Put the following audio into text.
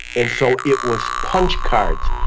and so it was punch-cards,